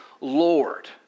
Lord